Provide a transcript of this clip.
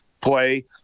play